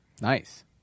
Nice